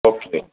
okay